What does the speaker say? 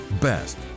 best